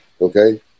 okay